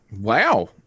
Wow